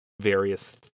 various